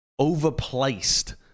overplaced